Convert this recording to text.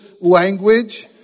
language